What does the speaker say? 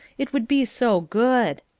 it would be so good.